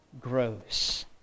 grows